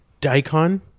daikon